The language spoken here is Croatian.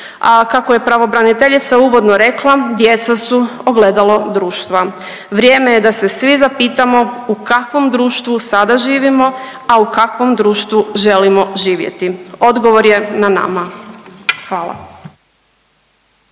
kako je pravobraniteljica uvodno rekla djeca su ogledalo društva. Vrijeme je da se svi zapitamo u kakvom društvu sada živimo, a u kakvom društvu želimo živjeti. Odgovor je na nama. Hvala.